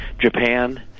Japan